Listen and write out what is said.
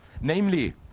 namely